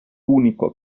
unico